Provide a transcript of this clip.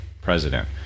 president